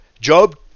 Job